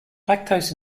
lactose